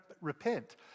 repent